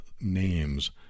names